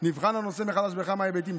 נבחן הנושא מחדש בכמה היבטים.